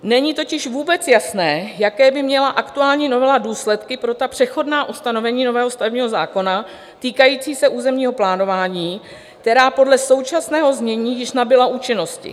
Není totiž vůbec jasné, jaké by měla aktuální novela důsledky pro přechodná ustanovení nového stavebního zákona týkající se územního plánování, která podle současného znění již nabyla účinnosti.